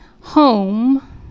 home